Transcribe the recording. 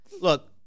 Look